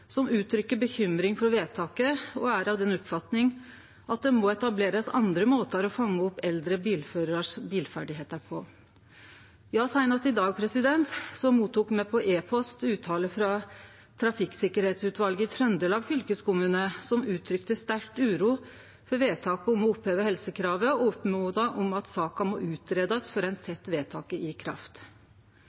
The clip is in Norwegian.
som uttrykker bekymring for vedtaket og er av den oppfatninga at det må etablerast andre måtar å fange opp bilferdigheitene til eldre bilførarar på. Seinast i dag fekk me på e-post uttale frå trafikksikkerheitsutvalet i Trøndelag fylkeskommune, som uttrykte sterk uro for vedtaket om å oppheve helsekravet, og oppmoda om at saka må greiast ut før ein set vedtaket i kraft.